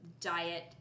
diet